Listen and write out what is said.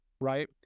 Right